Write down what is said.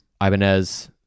ibanez